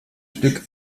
stück